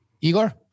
Igor